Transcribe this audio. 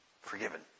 forgiven